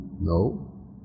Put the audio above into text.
No